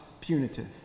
punitive